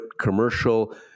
commercial